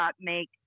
make